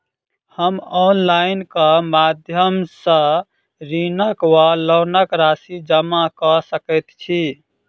हम ऑनलाइन केँ माध्यम सँ ऋणक वा लोनक राशि जमा कऽ सकैत छी?